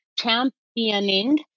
championing